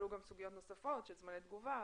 עלו גם סוגיות נוספות של זמני תגובה וכולי.